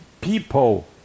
people